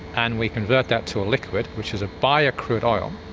and we convert that to a liquid which is a bio-crude oil,